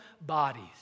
bodies